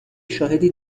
شاهدی